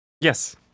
Yes